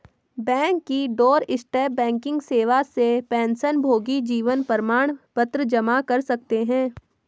bank की doorstep banking सेवा से पेंशनभोगी जीवन प्रमाण पत्र जमा कर सकते हैं